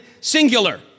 singular